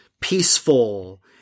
peaceful